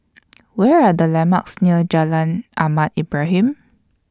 What Are The landmarks near Jalan Ahmad Ibrahim